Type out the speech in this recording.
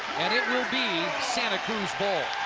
and it will be santa cruz ball.